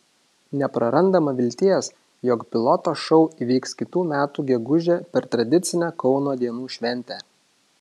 neprarandama vilties jog piloto šou įvyks kitų metų gegužę per tradicinę kauno dienų šventę